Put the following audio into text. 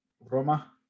roma